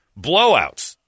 Blowouts